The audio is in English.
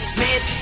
Smith